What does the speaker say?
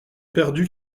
perdu